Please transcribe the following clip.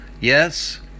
yes